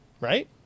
right